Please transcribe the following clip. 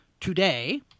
Today